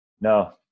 No